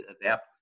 adapt